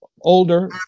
older